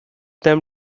them